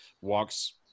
walks